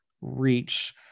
reach